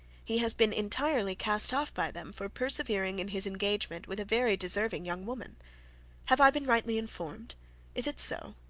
he has been entirely cast off by them for persevering in his engagement with a very deserving young woman have i been rightly informed is it so